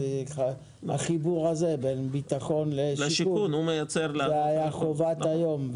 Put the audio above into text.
החיבור הזה בין ביטחון לשיכון היה חובת היום,